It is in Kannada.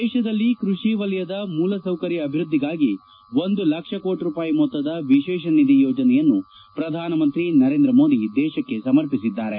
ದೇಶದಲ್ಲಿ ಕೃಷಿ ವಲಯದ ಮೂಲ ಸೌಕರ್ಯ ಅಭಿವೃದ್ಧಿಗಾಗಿ ಒಂದು ಲಕ್ಷ ಕೋಟ ರೂಪಾಯಿ ಮೊತ್ತದ ವಿಶೇಷ ನಿಧಿ ಯೋಜನೆಯನ್ನು ಪ್ರಧಾನಮಂತ್ರಿ ನರೇಂದ್ರ ಮೋದಿ ದೇಶಕ್ಕೆ ಸಮರ್ಪಿಸಿದ್ದಾರೆ